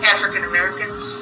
African-Americans